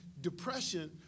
depression